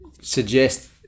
suggest